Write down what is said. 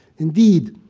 indeed,